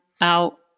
out